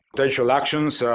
potential actions,